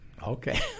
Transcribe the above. Okay